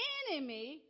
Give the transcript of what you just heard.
enemy